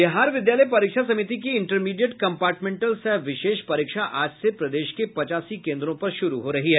बिहार विद्यालय परीक्षा समिति की इंटरमीडिएट कम्पार्टमेंटल सह विशेष परीक्षा आज से प्रदेश के पचासी केन्द्रों पर शुरू हो रही है